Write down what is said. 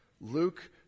Luke